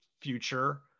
future